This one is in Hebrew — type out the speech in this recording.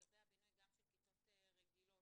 לגבי הבינוי גם של כיתות רגילות,